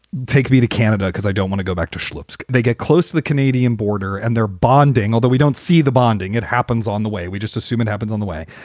take me to canada because i don't want to go back to schleps. they get close to the canadian border and they're bonding, although we don't see the bonding. it happens on the way. we just assume it happens on the way.